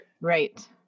Right